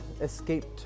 escaped